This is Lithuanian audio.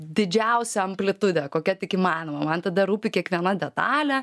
didžiausia amplitude kokia tik įmanoma man tada rūpi kiekviena detalė